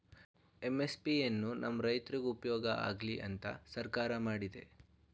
MSP ಎನ್ನು ನಮ್ ರೈತ್ರುಗ್ ಉಪ್ಯೋಗ ಆಗ್ಲಿ ಅಂತ ಸರ್ಕಾರ ಮಾಡಿದೆ